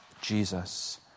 Jesus